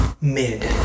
Mid